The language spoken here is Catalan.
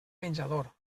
menjador